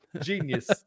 genius